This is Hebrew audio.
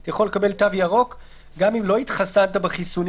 אתה יכול לקבל תו ירוק גם אם לא התחסנת בחיסונים